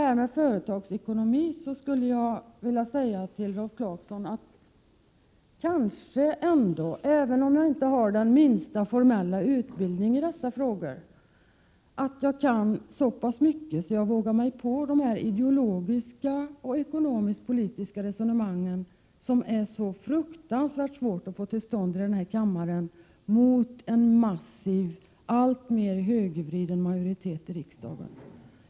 Om företagsekonomi skulle jag vilja säga till Rolf Clarkson att även om jag inte har den minsta formella utbildning därvidlag kan jag ändå så pass mycket att jag vågar mig på de ideologiska och ekonomisk-politiska resonemangen, som det är så fruktansvärt svårt att få till stånd en diskussion om i kammaren mot en massiv, alltmer högervriden majoritet i riksdagen.